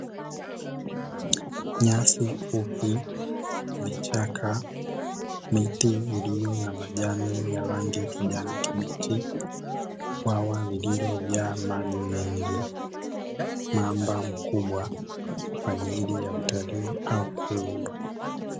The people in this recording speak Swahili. Nyasi fupi, vichaka, miti iliyo na majani ya rangi ya kijani kibichi, bwawa lililojaa maji mengi, mamba mkubwa kwa ajili ya utalii au kuwindwa.